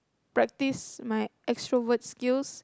practice my extrovert skills